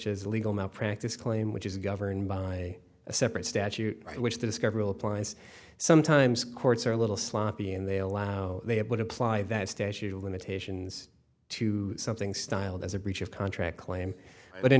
as legal malpractise claim which is governed by a separate statute which discovery applies sometimes courts are a little sloppy and they allow they would apply that statute of limitations to something styled as a breach of contract claim but in